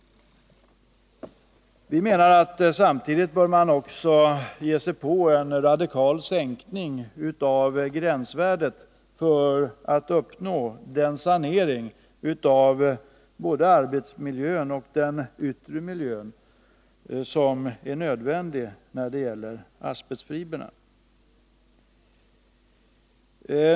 Vi 30 oktober 1981 menar att man samtidigt bör ge sig på en radikal sänkning av gränsvärdet för att uppnå den sanering av både arbetsmiljön och den yttre miljön som är nödvändig när det gäller asbestfibrerna.